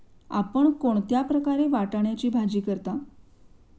आपण कोणत्या प्रकारे वाटाण्याची भाजी करता?